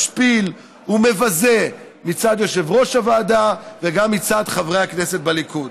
משפיל ומבזה מצד יושב-ראש הוועדה וגם מצד חברי הכנסת בליכוד.